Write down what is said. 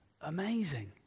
amazing